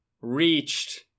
reached